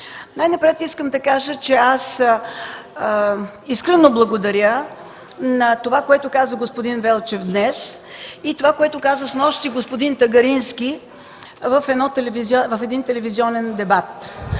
Най-напред искам да кажа, че искрено благодаря за това, което каза господин Велчев днес и за това, което каза господин Тагарински снощи в един телевизионен дебат.